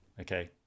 Okay